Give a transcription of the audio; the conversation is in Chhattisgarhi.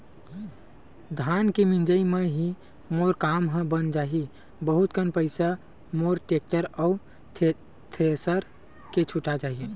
धान के मिंजई म ही मोर काम ह बन जाही बहुत कन पईसा मोर टेक्टर अउ थेरेसर के छुटा जाही